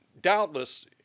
doubtless